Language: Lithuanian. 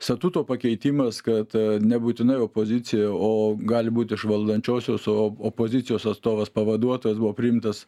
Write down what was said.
satuto pakeitimas kad nebūtinai opozicija o gali būt iš valdančiosios o opozicijos atstovas pavaduotojas buvo priimtas